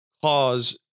cause